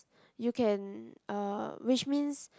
you can uh which means